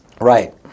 Right